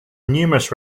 numerous